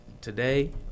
today